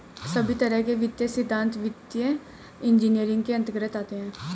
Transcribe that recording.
सभी तरह के वित्तीय सिद्धान्त वित्तीय इन्जीनियरिंग के अन्तर्गत आते हैं